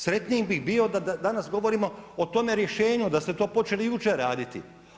Sretniji bih bio da danas govorimo o tome rješenju, da ste to počeli jučer raditi.